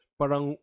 parang